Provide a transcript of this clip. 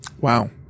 Wow